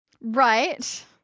Right